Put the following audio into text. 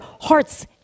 heart's